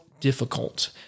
difficult